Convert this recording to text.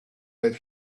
that